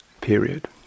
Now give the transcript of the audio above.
period